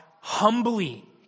humbly